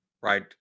Right